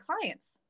clients